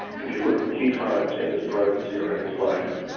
but if you look at key times in his presidency or in his life